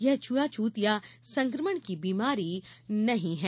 यह छूआछूत या संक्रमण की बीमारी नहीं है